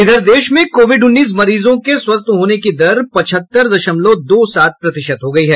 इधर देश में कोविड उन्नीस मरीजों के स्वस्थ होने की दर पचहत्तर दशमलव दो सात प्रतिशत हो गई है